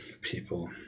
people